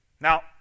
Now